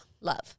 love